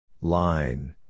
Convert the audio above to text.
Line